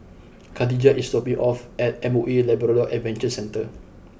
Khadijah is dropping me off at M O E Labrador Adventure Centre